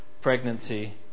pregnancy